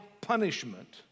punishment